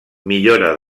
millora